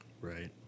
Right